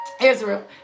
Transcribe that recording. Israel